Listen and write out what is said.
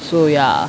so ya